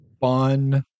fun